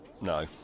No